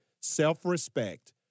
self-respect